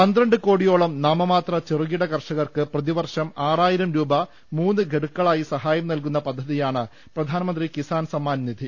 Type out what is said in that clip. പന്ത്രണ്ട് കോടിയോളം നാമമാത്ര ചെറുകിട കർഷകർക്ക് പ്രതിവർഷം ആറായിരം രൂപ മൂന്ന് ഗഡുക്കളായി സഹായം നൽകുന്ന പദ്ധതിയാണ് പ്രധാൻമന്ത്രി കിസാൻ സമ്മാൻ നിധി